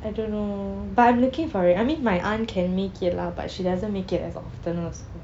I don't know but I'm looking for it I mean my aunt can make it lah but she doesn't make it as often also